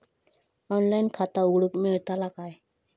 Online खाता उघडूक मेलतला काय?